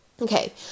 okay